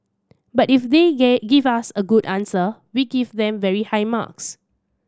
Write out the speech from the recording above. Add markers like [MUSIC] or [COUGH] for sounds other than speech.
but if they [UNINTELLIGIBLE] give us a good answer we give them very high marks